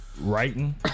writing